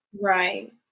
Right